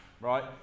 right